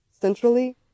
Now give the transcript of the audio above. centrally